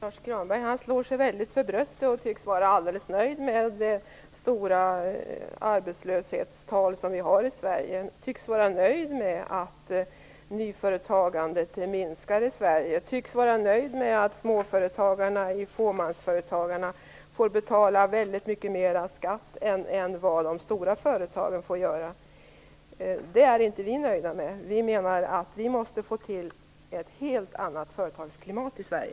Fru talman! Lars U Granberg slår sig väldigt för bröstet och tycks vara alldeles nöjd med de stora arbetslöshetstal som vi har i Sverige. Han tycks vara nöjd med att nyföretagandet minskar i Sverige och att småföretagarna i fåmansföretagen får betala väldigt mycket mer i skatt än vad de stora företagen får göra. Det är inte vi nöjda med. Vi menar att vi måste få ett helt annat företagsklimat i Sverige.